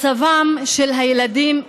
מצבם של הילדים הידרדר.